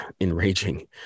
enraging